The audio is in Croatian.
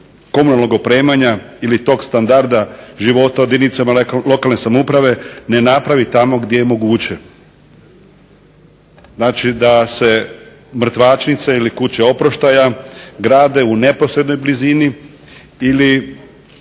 komunalnog opremanja ili tog standarda života u jedinicama lokalne samouprave ne napravi tamo gdje je moguće. Znači da se mrtvačnice ili kuće oproštaja grade u neposrednoj blizini ili